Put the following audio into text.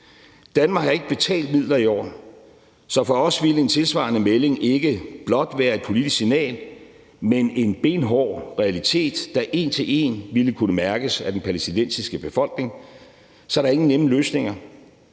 Danmark har ikke betalt midler i år. Så for os ville en tilsvarende melding ikke blot være et politisk signal, men en benhård realitet, der en til en ville kunne mærkes af den palæstinensiske befolkning. Så der er ingen nemme løsninger.